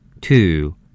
Two